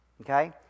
okay